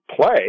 play